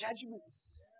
judgments